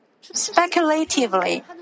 Speculatively